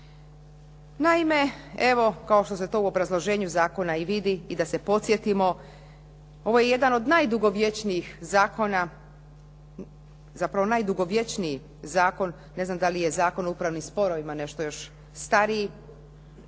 Naime, evo kao što se to u obrazloženju zakona i vidi i da se podsjetimo, ovo je jedan od najdugovječnijih zakona, zapravo najdugovječniji zakon, ne znam da li je Zakon o upravnim sporovima nešto još stariji,